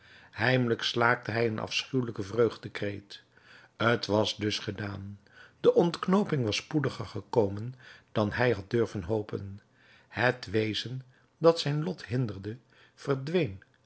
heimelijk slaakte hij een afschuwelijken vreugdekreet t was dus gedaan de ontknooping was spoediger gekomen dan hij had durven hopen het wezen dat zijn lot hinderde verdween